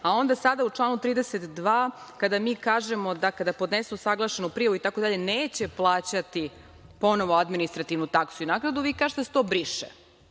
a onda sada u članu 32. kada mi kažemo da kada podnesu usaglašenu prijavu itd. neće plaćati ponovo administrativnu taksu i naknadu, vi kažete da se to briše.